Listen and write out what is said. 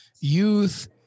youth